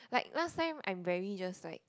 like last time I am very just like